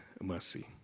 mercy